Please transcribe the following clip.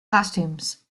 costumes